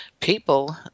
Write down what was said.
people